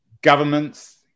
governments